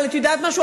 אבל את יודעת משהו,